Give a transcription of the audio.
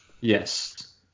Yes